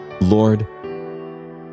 Lord